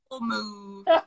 move